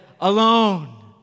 alone